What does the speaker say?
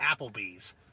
Applebee's